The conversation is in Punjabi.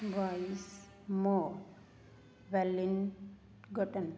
ਵਾਈਸਮੋਰ ਵੈਲਿਨਗਟਨ